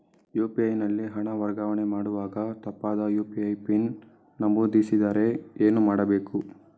UPI ನಲ್ಲಿ ಹಣ ವರ್ಗಾವಣೆ ಮಾಡುವಾಗ ತಪ್ಪಾದ ಯು.ಪಿ.ಐ ಪಿನ್ ನಮೂದಿಸಿದರೆ ಏನು ಮಾಡಬೇಕು?